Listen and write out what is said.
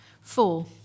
Four